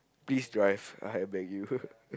please drive I beg you ppl